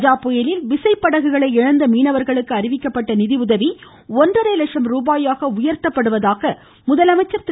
கஜா புயலில் விசை படகுகளை இழந்த மீனவர்களுக்கு அறிவிக்கப்பட்ட நிதியுதவி ஒன்றரை லட்சம் ருபாயாக உயர்த்தப்படுவதாக முதலமைச்சர் திரு